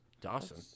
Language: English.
Dawson